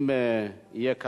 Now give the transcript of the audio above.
אם יהיה כאן,